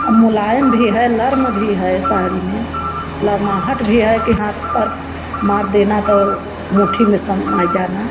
अब मुलायम भी है नर्म भी है साड़ी में गरमाहट भी है कि हाथ पर मार दे ना तो मुठ्ठी में समाए जाना